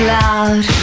loud